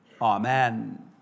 Amen